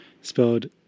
spelled